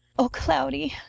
o cloudy!